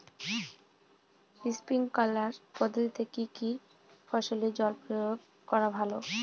Sprinkler পদ্ধতিতে কি কী ফসলে জল প্রয়োগ করা ভালো?